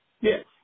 Yes